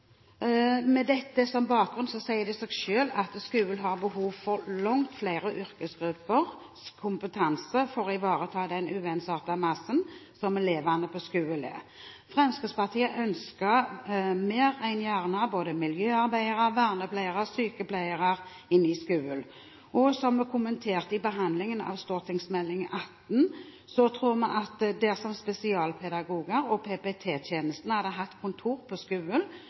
Med dette som bakgrunn sier det seg selv at skolen har behov for langt flere yrkesgruppers kompetanse for å ivareta den uensartede massen som elevene på en skole er. Fremskrittspartiet ønsker mer enn gjerne både miljøarbeidere, vernepleiere og sykepleiere inn i skolen. Som vi kommenterte under behandlingen av Meld. St. 18 for 2010–2011, tror vi at dersom spesialpedagoger og PP-tjenesten hadde hatt kontor på